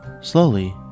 Slowly